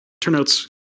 Turnouts